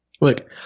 Look